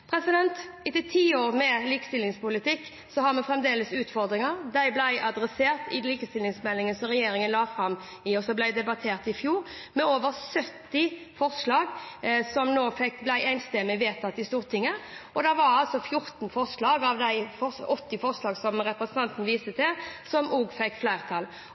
Etter tiår med likestillingspolitikk har vi fremdeles utfordringer. De ble adressert i likestillingsmeldingen som regjeringen la fram, og som ble debattert i fjor, med over 70 forslag som ble enstemmig vedtatt i Stortinget. 14 av de 80 forslagene som representanten viser til, fikk også flertall.